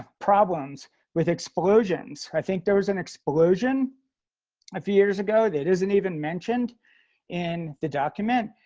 problems with explosions. i think there was an explosion a few years ago that isn't even mentioned in the document.